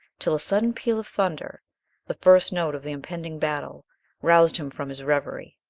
till a sudden peal of thunder the first note of the impending battle roused him from his revery.